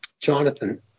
Jonathan